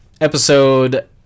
episode